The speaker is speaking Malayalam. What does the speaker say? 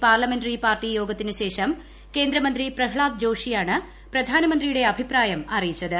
പാർലമെന്ററി പാർട്ടി യോഗത്തിനു ശേഷം കേന്ദ്രമന്ത്രി പ്രഹ്ലാദ് ജോഷിയാണ് പ്രധാനമന്ത്രിയുടെ അഭിപ്രായം അറിയിച്ചത്